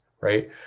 right